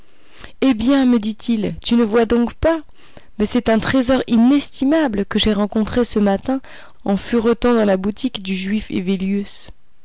eh bien me dit-il tu ne vois donc pas mais c'est un trésor inestimable que j'ai rencontré ce matin en furetant dans la boutique du juif